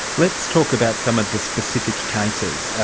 let's talk about some of the specific cases.